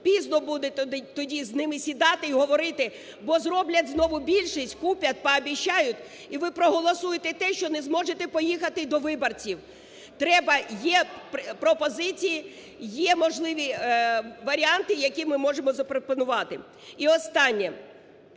Пізно буде тоді з ними сідати і говорити, бо зроблять знову більшість, куплять, пообіцяють, і ви проголосуєте те, що не зможете й поїхати до виборців. (Шум у залі) Треба… є пропозиції, є можливі варіанти, які ми можемо запропонувати. І останнє.